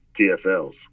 TFLs